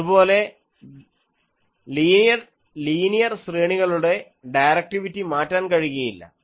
അതുപോലെ പോലെ ലീനിയർ ശ്രേണികളുടെ ഡയറക്ടിവിറ്റി മാറ്റാൻ കഴിയില്ല